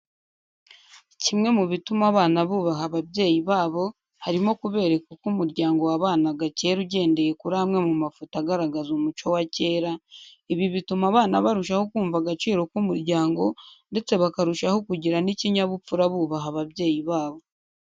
Kimwe mu bituma abana bubaha ababyeyi b'abo harimo kubereka uko umuryango wabanaga kera ugendeye kuri amwe mu mafoto agaragaza umuco wa kera, ibi bituma abana barushaho kumva agaciro k'umuryango ndetse bakarushaho kugira ikinyabupfura bubaha ababyeyi b'abo.